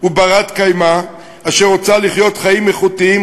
ובת-קיימא אשר רוצה לחיות חיים איכותיים,